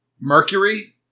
Mercury